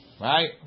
right